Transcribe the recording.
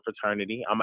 fraternity